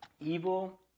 Evil